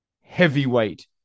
heavyweight